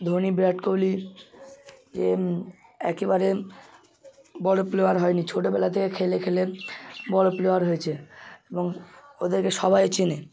ধোনি বিরাট কোহলি ইয়ে একেবারে বড়ো প্লোয়ার হয় নি ছোটোবেলা থেকে খেলে খেলে বড়ো প্লোয়ার হয়েছে এবং ওদেরকে সবাই চেনে